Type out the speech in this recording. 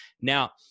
Now